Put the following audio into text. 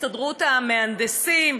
הסתדרות המהנדסים,